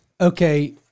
okay